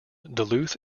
duluth